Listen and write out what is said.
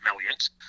Millions